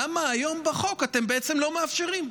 למה היום בחוק אתם בעצם לא מאפשרים?